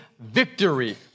Victory